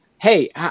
hey